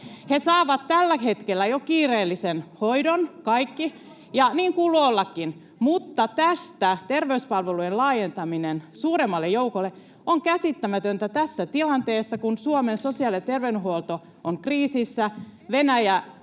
saavat tällä hetkellä jo kiireellisen hoidon, ja niin kuuluu ollakin, mutta tästä terveyspalvelujen laajentaminen suuremmalle joukolle on käsittämätöntä tässä tilanteessa, kun Suomen sosiaali- ja terveydenhuolto on kriisissä,